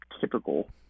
typical